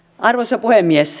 arvoisa puhemies